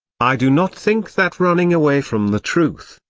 i do not think that running away from the truth,